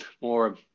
more